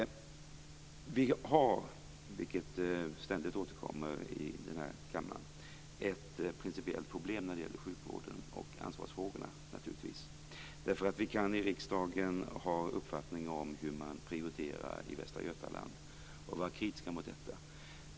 Vi har, vilket ständigt återkommer i denna kammare, ett principiellt problem när det gäller sjukvården och ansvarsfrågorna. Vi kan i riksdagen ha uppfattningar om hur man prioriterar i Västra götaland och vara kritiska mot detta.